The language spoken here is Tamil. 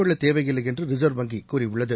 கொள்ள தேவையில்லை என்று ரிசர்வ் வங்கி கூறியுள்ளது